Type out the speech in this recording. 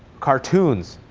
cartoons.